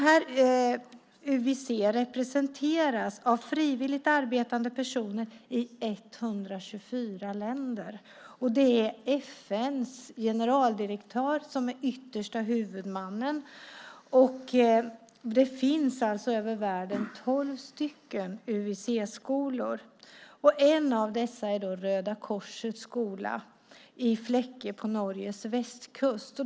UWC representeras av frivilligt arbetande personer i 124 länder. Det är FN:s generaldirektör som är yttersta huvudman. Det finns alltså tolv UWC-skolor över världen. En av dessa är Röda Korsets skola i Flekke på Norges västkust.